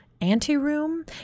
anteroom